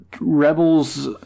Rebels